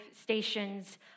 stations